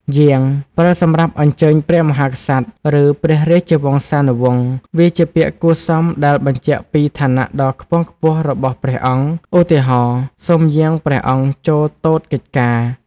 យាង ប្រើសម្រាប់អញ្ជើញព្រះមហាក្សត្រ ឬព្រះរាជវង្សានុវង្ស វាជាពាក្យគួរសមដែលបញ្ជាក់ពីឋានៈដ៏ខ្ពង់ខ្ពស់របស់ព្រះអង្គ ឧទាហរណ៍ សូមយាងព្រះអង្គចូលទតកិច្ចការ។